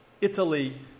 Italy